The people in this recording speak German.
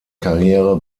karriere